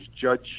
judge